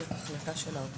זאת החלטה של האוצר,